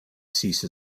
cease